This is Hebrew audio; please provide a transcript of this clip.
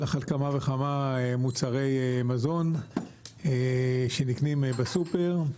על אחת כמה וכמה, מוצרי מזון שנקנים בסופר.